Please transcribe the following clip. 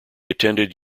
attended